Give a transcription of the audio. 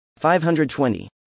520